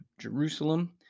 Jerusalem